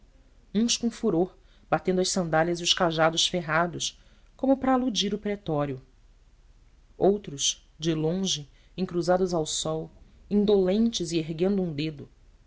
barrabás uns com furor batendo as sandálias e os cajados ferrados como para aluir o pretório outros de longe encruzados ao sol indolentes e erguendo um dedo